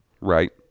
Right